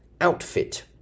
outfit